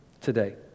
today